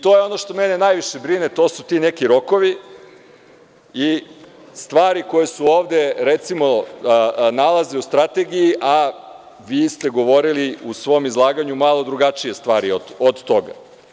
To je ono što mene najviše brine i to su neki ti rokovi i stvari koje su ovde, recimo, nalaze se u strategiji, a vi ste govorili u svom izlaganju malo drugačije stvari od toga.